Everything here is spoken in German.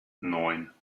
neun